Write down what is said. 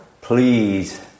please